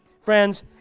friends